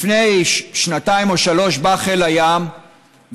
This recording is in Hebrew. לפני שנתיים או שלוש בא חיל הים והגיש